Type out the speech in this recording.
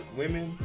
women